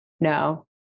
No